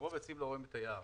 שמרוב עצים לא רואים את היער,